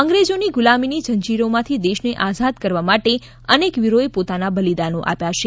અંગ્રેજોની ગુલામીની ઝંઝીરોમાંથી દેશને આઝાદ કરવા માટે અનેક વિરોએ પોતાના બલિદાનો આપ્યા છે